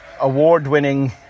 award-winning